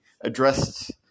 addressed